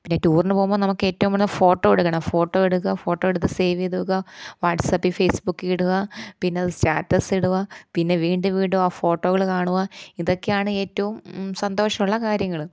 പിന്നെ ടൂറിന് പോകുമ്പോൾ നമുക്കേറ്റവും വേണ്ടത് ഫോട്ടോ എടുക്കണം ഫോട്ടോ എടുക്കുക ഫോട്ടോ എടുത്ത് സേവ് ചെയ്ത് വെക്കുക വാട്സാപ്പിൽ ഫേസ്ബുക്കിൽ ഇടുക പിന്നെയത് സ്റ്റാറ്റസിടുക പിന്നെ വീണ്ടും വീണ്ടും ആ ഫോട്ടോകൾ കാണുക ഇതൊക്കെയാണ് ഏറ്റവും സന്തോഷമുള്ള കാര്യങ്ങൾ